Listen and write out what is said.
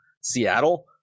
Seattle